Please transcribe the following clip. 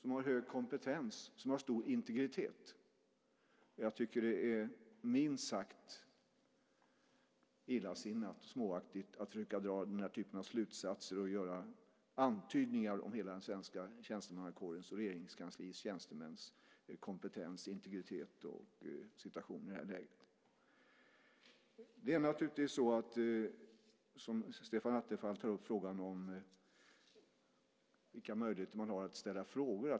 De har hög kompetens och stor integritet. Jag tycker att det är minst sagt illasinnat och småaktigt att försöka dra den här typen av slutsatser och göra antydningar om hela den svenska tjänstemannakårens och Regeringskansliets tjänstemäns kompetens, integritet och situation i det här läget. Stefan Attefall tar upp frågan om vilka möjligheter man har att ställa frågor.